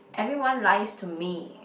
everyone lies to me